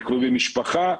על קרובי משפחה,